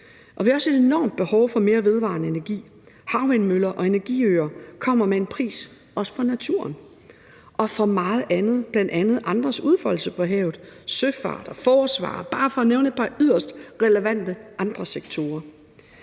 Vi har også et enormt behov for mere vedvarende energi – havvindmøller og energiøer kommer med en pris, også for naturen – og for meget andet, bl.a. andres udfoldelse på havet som søfart og forsvar, bare for at nævne par andre yderst relevante sektorer.